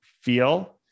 feel